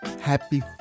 Happy